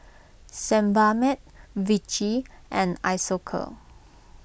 Sebamed Vichy and Isocal